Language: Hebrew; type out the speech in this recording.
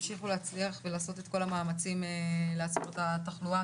תמשיכו להצליח ולעשות את כל המאמצים לעצור את התחלואה.